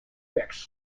fix